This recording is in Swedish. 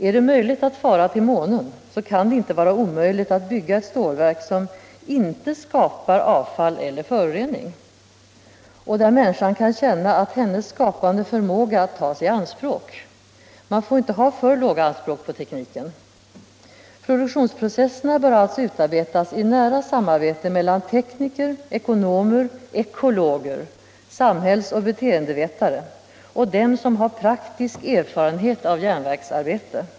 Är det möjligt att fara till månen, kan det inte vara omöjligt att bygga ett stålverk som inte skapar avfall eller föroreningar och där människan kan känna att hennes skapande förmåga tas i anspråk. Man får inte ha för låga anspråk på tekniken! Produktionsprocesserna bör alltså utarbetas i nära samarbete mellan tekniker, ekonomer, ekologer, samhällsoch beteendevetare och dem som har praktisk erfarenhet av järnverksarbete.